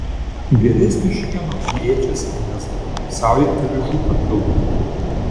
geresnio šieno į ėdžias įmesdavo saują avižų papildavo